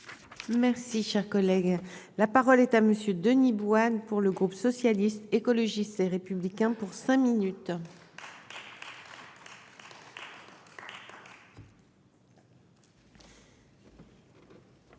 Merci, cher collègue, la parole est à monsieur Denis Bouan One pour le groupe socialiste, écologiste et républicain pour cinq minutes.